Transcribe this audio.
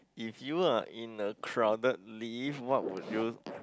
if you are in a crowded lift what would you